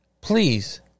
Please